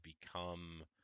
become